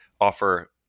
offer